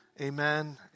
Amen